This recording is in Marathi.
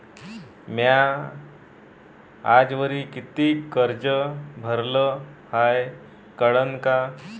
म्या आजवरी कितीक कर्ज भरलं हाय कळन का?